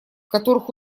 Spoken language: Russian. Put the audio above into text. которых